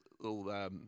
little